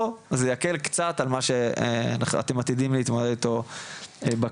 זה יקל קצת על מה שאתם עתידים להתמודד אתו בקיץ.